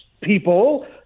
people